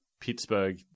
pittsburgh